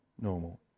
normal